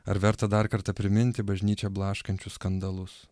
ar verta dar kartą priminti bažnyčią blaškančius skandalus